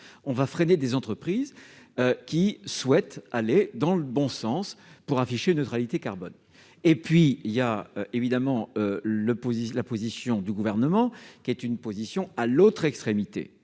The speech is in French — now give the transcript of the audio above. de freiner des entreprises qui souhaitent aller dans le bon sens pour afficher une neutralité carbone. Il y a évidemment la position du Gouvernement, à l'autre extrémité,